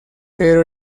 pero